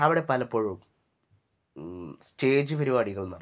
അവിടെ പലപ്പോഴും സ്റ്റേജ് പരിപാടികൾ നടക്കാറുണ്ട്